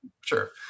Sure